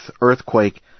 earthquake